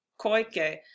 Koike